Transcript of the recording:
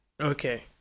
okay